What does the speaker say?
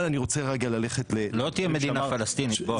לא תהיה מדינה פלסטינית, בועז.